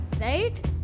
right